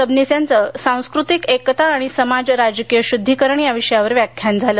सबनीस यांचं सांस्कृतिक एकता आणि समाज राजकीय शुद्धीकरण या विषयावर व्याख्यान झालं